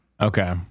Okay